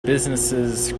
businesses